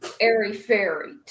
airy-fairy